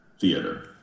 theater